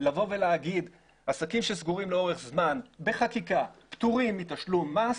לבוא ולומר שעסקים שסגורים לאורך זמן בחקיקה פטורים מתשלום מס,